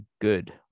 good